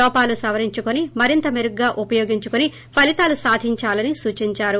లోపాలు సవరించుకోని మరింత మెరుగ్గా ఉపయోగించుకుని ఫలీతాలు సాధిందాలని సూచిందారు